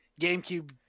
GameCube